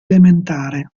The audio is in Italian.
elementare